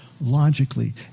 logically